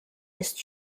ist